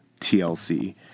TLC